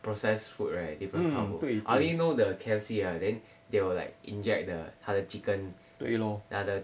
processed food right different I only know the K_F_C right then they will like inject the 他的 chicken ya the